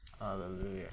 hallelujah